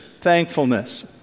thankfulness